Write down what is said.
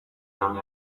young